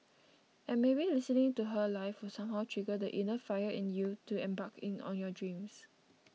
and maybe listening to her live will somehow trigger the inner fire in you to embark on your dreams